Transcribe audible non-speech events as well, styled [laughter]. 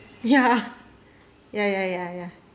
ya [laughs] ya ya ya ya